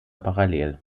parallel